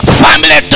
family